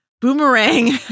boomerang